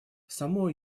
само